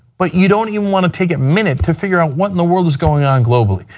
but you don't even want to take a minute to figure out what and the world is going on globally?